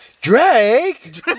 Drake